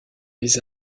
les